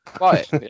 Right